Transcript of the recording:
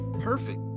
perfect